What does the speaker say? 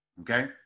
okay